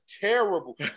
terrible